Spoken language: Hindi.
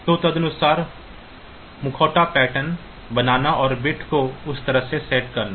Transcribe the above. तो तदनुसार मुखौटा पैटर्न बनाना और बिट्स को उस तरह से सेट करना